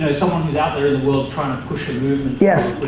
someone who's out there in the world trying to push yes.